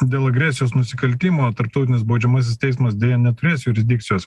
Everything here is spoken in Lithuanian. dėl agresijos nusikaltimo tarptautinis baudžiamasis teismas deja neturės jurisdikcijos